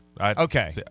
Okay